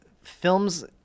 film's